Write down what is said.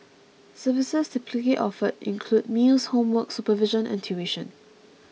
services typically offered include meals homework supervision and tuition